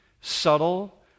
subtle